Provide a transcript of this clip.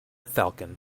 falcon